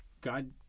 god